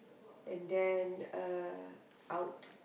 and then uh out